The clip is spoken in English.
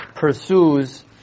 pursues